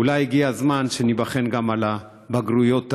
אולי הגיע הזמן שניבחן גם על הבגרויות האלה,